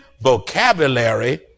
vocabulary